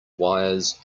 wires